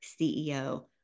CEO